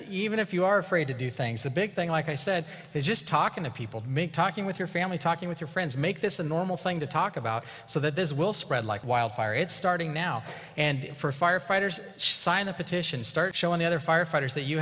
even if you are afraid to do things the big thing like i said is just talking to people make talking with your family talking with your friends make this a normal thing to talk about so that this will spread like wildfire it's starting now and for firefighters sign the petition start showing the other firefighter